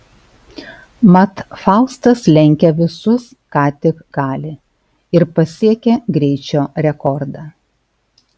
mat faustas lenkia visus ką tik gali ir pasiekia greičio rekordą